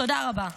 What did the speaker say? תודה רבה.